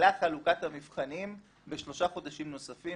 חלוקת המבחנים בשלושה חודשים נוספים,